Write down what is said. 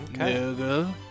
Okay